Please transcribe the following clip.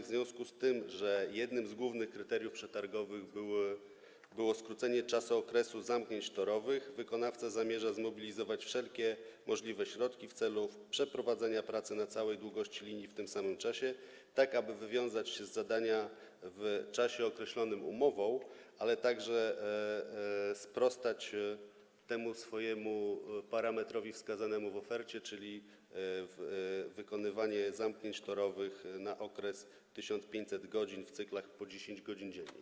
W związku z tym, że jednym z głównych kryteriów przetargowych było skrócenie czasu zamknięć torowych, wykonawca zamierza zmobilizować wszelkie możliwe środki w celu przeprowadzenia pracy na całej długości linii w tym samym czasie, tak aby wywiązać się z zadania w czasie określonym umową, a także sprostać wskazanemu w swojej ofercie wyzwaniu, jakim jest wyznaczenie parametru wykonywania zamknięć torowych na okres 1500 godzin w cyklach po 10 godzin dziennie.